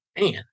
man